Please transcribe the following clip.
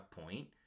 point